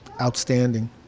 outstanding